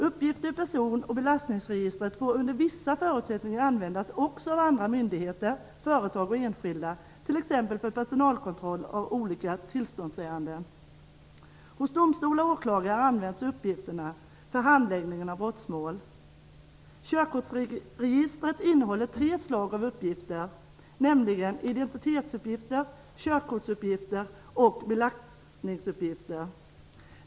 Uppgifter ur person och belastningsregistret får under vissa förutsättningar användas också av andra myndigheter, företag och enskilda, t.ex. för personalkontroll och i olika tillståndsärenden. Hos domstolar och åklagare används uppgifterna för handläggningen av brottmål. Körkortsregistret innehåller tre slag av uppgifter, nämligen identitetsuppgifter, körkortsuppgifter och belastninguppgifter.